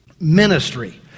Ministry